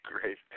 great